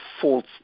false